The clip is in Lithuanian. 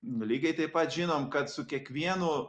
lygiai taip pat žinom kad su kiekvienu